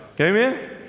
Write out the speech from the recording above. Amen